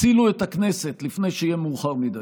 הצילו את הכנסת לפני שיהיה מאוחר מדי.